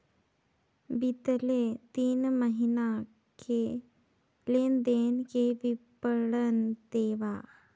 बितले तीन महीना के लेन देन के विवरण देवा?